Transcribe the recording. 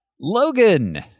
Logan